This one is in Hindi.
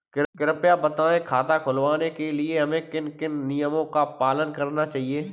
कृपया बताएँ खाता खुलवाने के लिए हमें किन किन नियमों का पालन करना चाहिए?